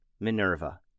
Minerva